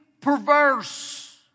perverse